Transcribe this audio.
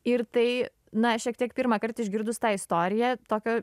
ir tai na šiek tiek pirmąkart išgirdus tą istoriją tokio